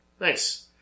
Nice